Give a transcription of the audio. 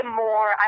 more